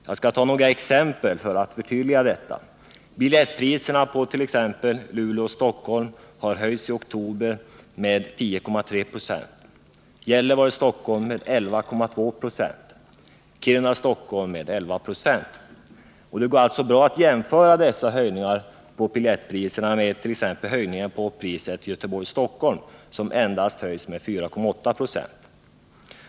Jag skall ta några exempel för att förtydliga detta. Biljettpriserna på t.ex. sträckan Luleå-Stockholm har i oktober höjts med 10,3 26, Gällivare-Stockholm med 11,2 2, och Kiruna-Stockholm med 11,0 96. Det går bra att jämföra dessa höjningar av biljettpriserna med t.ex. höjningen av priset på sträckan Göteborg-Stockholm, som är endast 4,8 96.